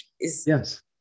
Yes